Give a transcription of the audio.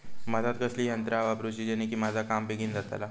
भातात कसली यांत्रा वापरुची जेनेकी माझा काम बेगीन जातला?